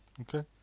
Okay